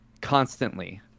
constantly